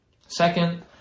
Second